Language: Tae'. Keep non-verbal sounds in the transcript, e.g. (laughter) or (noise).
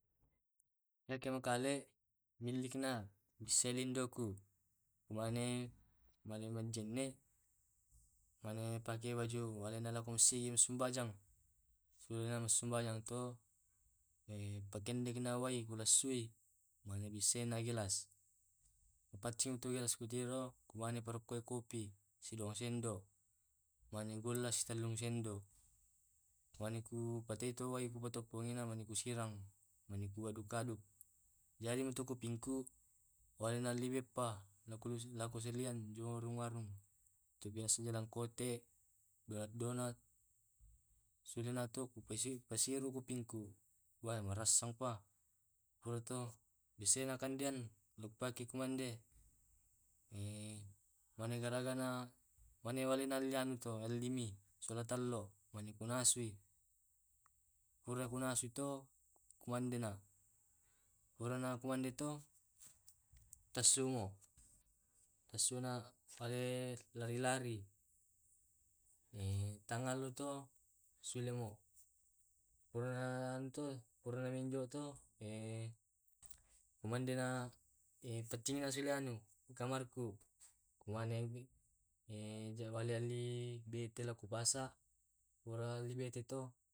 Iya to makale milik na biseling. lindo mane mene ku pake bajumu pi sembayang, sembayang toh pakendek ka wai mane bissei ka gelas mappacing gelas putih toh mane kurokoki kopi 2 sendomgula 3 sendok mane kupatei to wai patokko ngena mane kusiram kuaduk2 jadi kopi ku wale na ku ali beppa ku salian biasa jalan kote donat sule it uku iru kopi ku aih masarang pa baru toh ku baseang kumande kuali mie dan tallo baru nassu sudah ku kande lari2 ta ng allo (unintelligible) sule mo pura injo to kumande ka sule kamar kuali bete to pasar